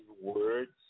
words